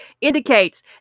Indicates